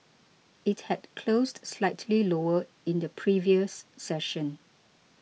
it had closed slightly lower in the previous session